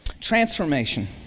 transformation